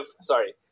sorry